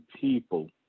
people